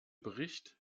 bericht